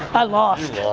i lost.